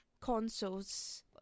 consoles